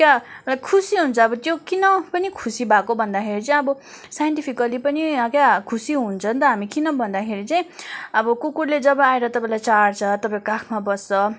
क्या र खुसी हुन्छ अब त्यो किन पनि खुसी भएको भन्दाखेरि चाहिँ अब साइन्टीफिकल्ली पनि क्या खुसी हुन्छ नि त हामी किन भन्दाखेरि चाहिँ अब कुकुरले जब आएर तपाईँलाई चाट्छ तपाईँको काखमा बस्छ